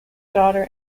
daughter